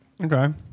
okay